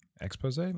expose